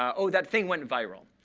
um oh, that thing went viral.